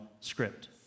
script